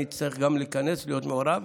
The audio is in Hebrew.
אני אצטרך להיכנס ולהיות מעורב.